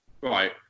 right